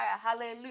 Hallelujah